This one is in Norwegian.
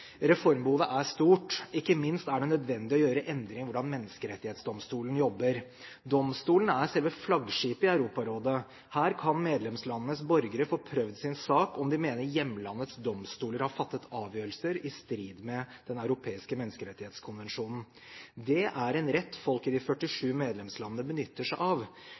Reformbehovet er stort. Ikke minst er det nødvendig å gjøre endringer i hvordan Menneskerettighetsdomstolen jobber. Domstolen er selve flaggskipet i Europarådet. Her kan medlemslandenes borgere få prøvd sin sak om de mener hjemlandets domstoler har fattet avgjørelser som er i strid med Den europeiske menneskerettskonvensjon. Det er en rett folk i de 47 medlemslandene benytter seg av.